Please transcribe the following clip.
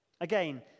Again